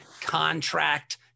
Contract